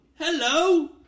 hello